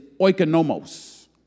oikonomos